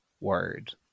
word